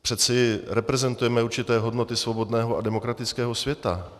Přeci reprezentujeme určité hodnoty svobodného a demokratického světa.